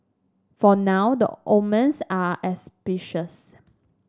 for now the omens are auspicious